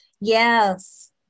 Yes